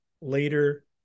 later